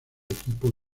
equipo